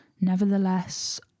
nevertheless